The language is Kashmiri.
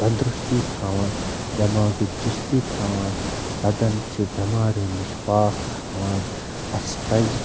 تندرُستی تھاوان دٮ۪ماغٕچ چُستی تھاوان بدن چھُ بٮ۪مارو نِش پاک تھاوان اسہِ پزِ